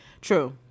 True